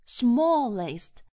smallest